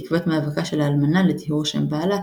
בעקבות מאבקה של האלמנה לטיהור שם בעלה,